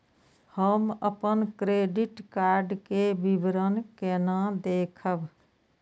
हम अपन credit card के विवरण केना देखब?